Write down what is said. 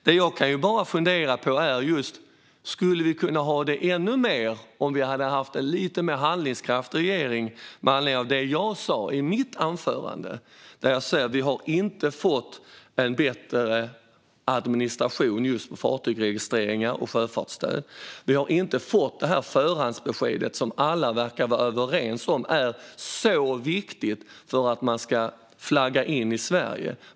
Det jag kan fundera på är om vi hade kunnat ha ännu fler om vi hade haft en lite mer handlingskraftig regering, detta med anledning av det jag sa i mitt anförande om att vi inte har fått en bättre administration för fartygsregistreringar och sjöfartsstöd. Vi har inte fått det förhandsbesked som alla verkar vara överens om är mycket viktigt för att man ska flagga in i Sverige.